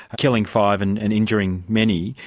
killing five and and injuring many.